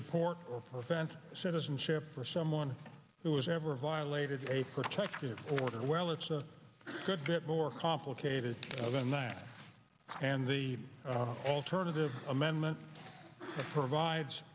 support or prevent citizenship for someone who has never violated a protective order well it's a good bit more complicated than that and the alternative amendment provides